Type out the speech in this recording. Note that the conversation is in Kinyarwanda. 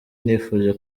nifuje